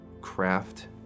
craft